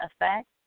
Effect